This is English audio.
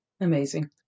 Amazing